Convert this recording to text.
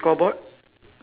brown correct